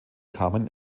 kamen